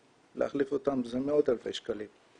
ולהחליף אותן זה מאות אלפי שקלים.